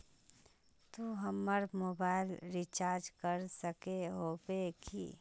तू हमर mobile recharge कर सके होबे की?